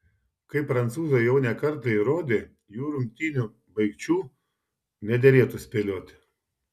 kaip prancūzai jau ne kartą įrodė jų rungtynių baigčių nederėtų spėlioti